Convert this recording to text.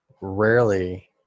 rarely